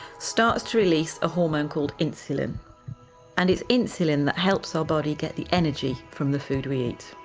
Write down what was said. starts to release a hormone called insulin and it's insulin that helps our body get the energy from the food we eat.